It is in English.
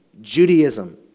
Judaism